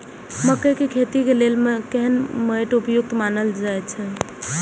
मकैय के खेती के लेल केहन मैट उपयुक्त मानल जाति अछि?